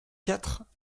quatre